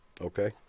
okay